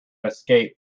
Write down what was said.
escape